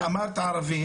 לא, לא, אמרת ערבים.